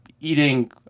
eating